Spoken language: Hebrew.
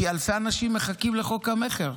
כי אלפי אנשים מחכים לחוק המכר.